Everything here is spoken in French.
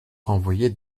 envoyait